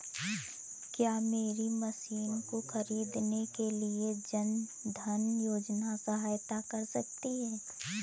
क्या मेरी मशीन को ख़रीदने के लिए जन धन योजना सहायता कर सकती है?